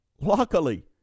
luckily